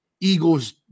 Eagles